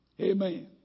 Amen